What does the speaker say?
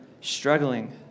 struggling